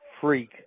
Freak